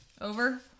Over